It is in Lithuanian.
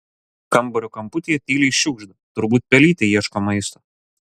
kambario kamputyje tyliai šiugžda turbūt pelytė ieško maisto